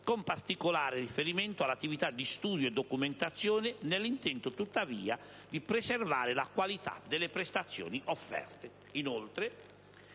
con particolare riferimento all'attività di studio e documentazione, nell'intento, tuttavia, di preservare la qualità delle prestazioni offerte.